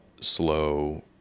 slow